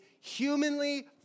humanly